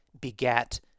begat